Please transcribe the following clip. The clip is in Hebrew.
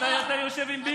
אתה יושב עם האחים